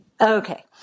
Okay